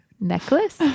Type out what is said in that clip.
necklace